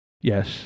Yes